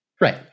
Right